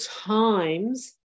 times